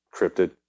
cryptid